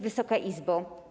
Wysoka Izbo!